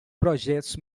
projetos